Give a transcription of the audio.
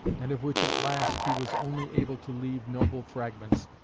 and of which at last he was only able to leave noble fragments,